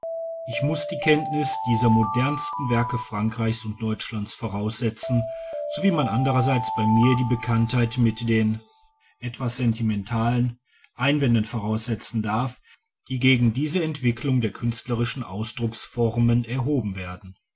ich muß die kenntnis dieser modernsten werke frankreichs und deutschlands voraussetzen sowie man andererseits bei mir die bekanntheit mit den etwas sentimentalen einwänden voraussetzen darf die gegen diese entwicklung der künstlerischen ausdrucksformen erhoben werden